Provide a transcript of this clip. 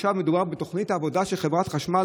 עכשיו מדובר בתוכנית העבודה של חברת החשמל,